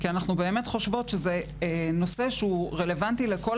כי אנחנו חושבות שזה נושא שהוא רלוונטי לכל